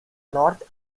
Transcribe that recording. north